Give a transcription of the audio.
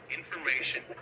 information